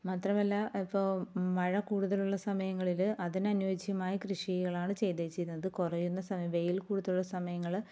മാത്രമല്ല ഇപ്പോൽ മഴ കൂടുതലുള്ള സമയങ്ങളിൽ അതിന് അനുയോജ്യമായ കൃഷികളാണ് ചെയ്തു വച്ചിരുന്നത് കുറയുന്ന സമയം വെയിൽ കൂടുതലുള്ള സമയങ്ങൾ